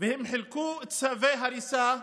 וחילקו צווי הריסה.